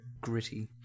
gritty